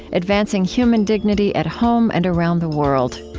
advancing human dignity at home and around the world.